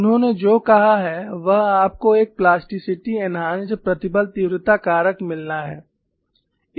उन्होंने जो कहा है वह आपको एक प्लास्टिसिटी एन्हांस्ड प्रतिबल तीव्रता कारक मिलना है